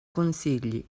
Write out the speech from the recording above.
consigli